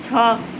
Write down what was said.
छ